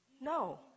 No